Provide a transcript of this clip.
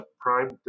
prime